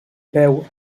peu